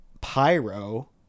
pyro